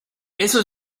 eso